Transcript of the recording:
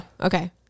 Okay